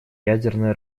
ядерное